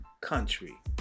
country